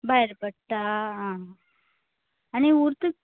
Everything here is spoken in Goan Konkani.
भायर पडटा आनी उरत